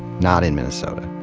not in minnesota.